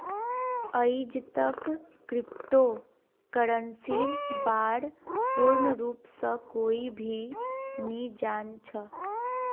आईजतक क्रिप्टो करन्सीर बा र पूर्ण रूप स कोई भी नी जान छ